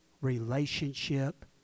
relationship